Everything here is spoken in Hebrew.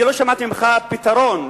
לא שמעתי ממך פתרון.